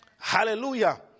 Hallelujah